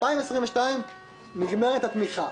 ב-2022 נגמרת התמיכה.